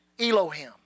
Elohim